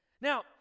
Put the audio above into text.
Now